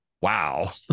wow